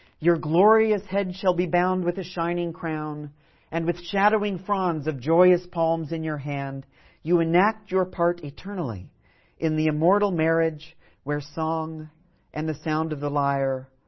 your glorious head shall be bound with a shining crown and with shadowing fronds of joyous palms in your hands you shall enact your part eternally in the immortal marriage where song and the sound of the lyre